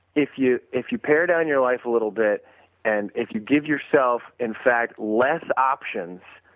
if you if you pare down your life a little bit and if you give yourself, in fact, less options,